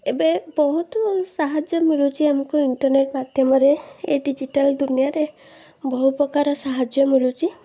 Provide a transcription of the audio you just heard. ଏବେ ବହୁତ ସାହାଯ୍ୟ ମିଳୁଛି ଆମକୁ ଇଣ୍ଟରନେଟ୍ ମାଧ୍ୟମରେ ଏ ଡିଜିଟାଲ୍ ଦୁନିଆରେ ବହୁପ୍ରକାର ସାହାଯ୍ୟ ମିଳୁଛି